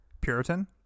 Puritan